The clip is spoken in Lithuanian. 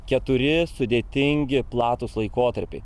keturi sudėtingi platūs laikotarpiai